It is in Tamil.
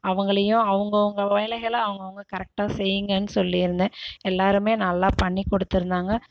அவங்களையும் அவங்கவங்க வேலைகளை அவங்கவங்க கரெக்ட்டாக செய்யுங்கன்னு சொல்லியிருந்தேன் எல்லாருமே நல்லா பண்ணி கொடுத்துருந்தாங்க